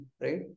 right